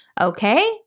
Okay